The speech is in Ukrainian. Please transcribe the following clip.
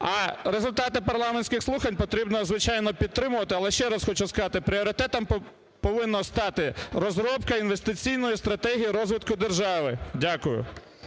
А результати парламентських слухань потрібно, звичайно, підтримувати. Але ще раз хочу сказати, пріоритетом повинно стати розробка інвестиційної стратегії розвитку держави. Дякую.